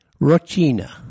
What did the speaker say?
Rocina